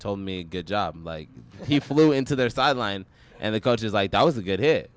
told me good job like he flew into their sideline and the coaches like i was a good hit